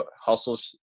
hustles